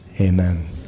Amen